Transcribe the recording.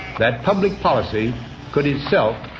that public policy could itself.